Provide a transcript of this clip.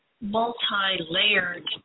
multi-layered